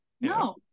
No